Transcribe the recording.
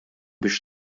biex